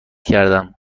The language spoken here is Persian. کردم